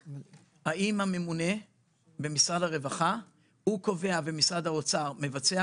כלומר האם הממונה במשרד הרווחה קובע ומשרד האוצר מבצע,